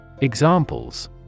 Examples